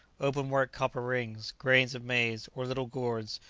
open-work copper rings, grains of maize, or little gourds,